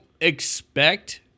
expect